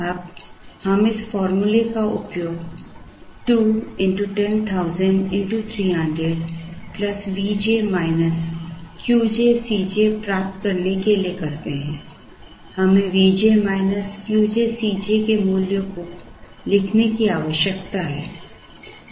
अब हम इस फॉर्मूले का उपयोग 2 x 10000 x 300 Vj qj Cj प्राप्त करने के लिए करते हैं हमें Vj qj Cj के मूल्यों को लिखने की आवश्यकता है